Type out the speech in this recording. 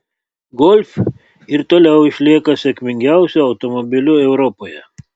golf ir toliau išlieka sėkmingiausiu automobiliu europoje